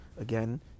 Again